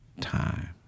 time